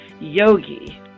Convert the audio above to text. yogi